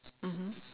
mmhmm